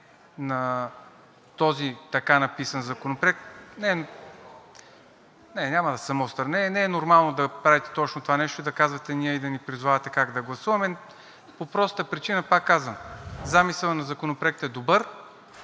на този така написан законопроект. Не, няма да съм остър. Не, не е нормално да правите точно това нещо, да казвате и да ни призовавате как да гласуваме по простата причина, пак казвам, замисълът на Законопроекта е добър,